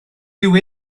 dyw